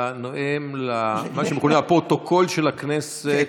אתה נואם למה שמכונה הפרוטוקול של הכנסת,